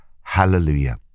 Hallelujah